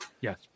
Yes